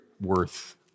worth